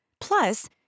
Plus